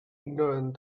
ignorant